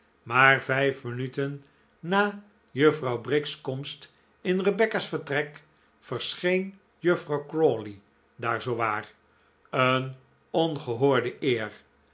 maar vijf minuten na juffrouw briggs komst in rebecca's vertrek verscheen juffrouw crawley daar zoowaar een ongehoorde